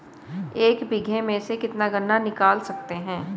एक बीघे में से कितना गन्ना निकाल सकते हैं?